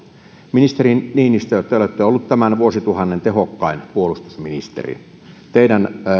ministeri niinistö te te olette ollut tämän vuosituhannen tehokkain puolustusministeri teidän